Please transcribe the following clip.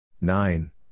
Nine